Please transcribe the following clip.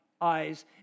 eyes